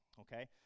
Okay